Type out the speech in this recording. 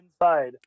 inside